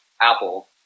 Apple